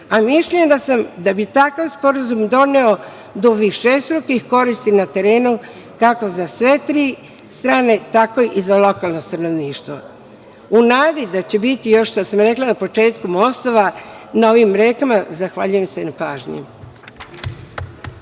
a mišljenja sam da bi takav sporazum, doneo do višestrukih koristi na terenu, kako za sve tri strane, tako i za lokalno stanovništvo.U nadi da će biti još mostova, što sam na početku rekla, na ovim rekama, zahvaljujem se na pažnji.